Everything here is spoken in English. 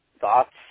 thoughts